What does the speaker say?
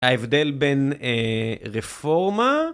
ההבדל בין רפורמה...